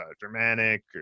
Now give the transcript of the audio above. Germanic